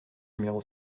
numéro